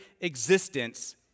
existence